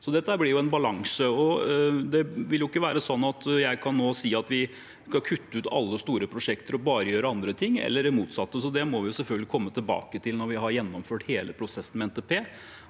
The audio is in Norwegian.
dette blir en balanse. Jeg kan ikke nå si at vi skal kutte ut alle store prosjekter og bare gjøre andre ting – eller det motsatte. Det må vi selvfølgelig komme tilbake til når vi har gjennomført hele prosessen med NTP.